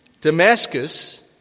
Damascus